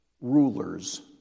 rulers